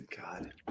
God